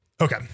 Okay